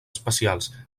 especials